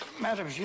Madam